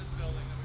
building,